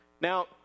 now